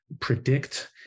predict